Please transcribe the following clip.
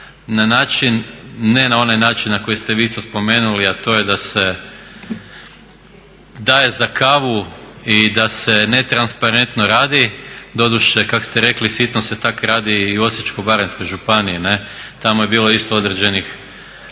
na način, ne na onaj način na koji ste vi isto spomenuli a to je da se daje za kavu i da se netransparentno radi, doduše kao što ste rekli sitno se tako radi i u Osječko-baranjskoj županiji, tamo je bilo isto određenih